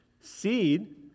Seed